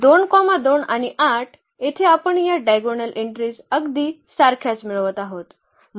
2 2 आणि 8 येथे आपण या डायगोनल एन्ट्रीज अगदी सारख्याच मिळवत आहोत